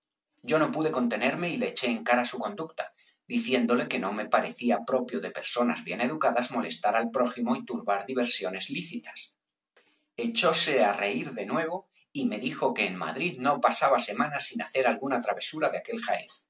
yo no pude contenerme y le echó en cara su conducta diciéndole que no me parecía propio de personas bien educadas molestar al prójimo y turbar diversiones lícitas echóse á reir de nuevo y me dijo que en madrid no pasaba semana sin hacer alguna travesura de aquel jaez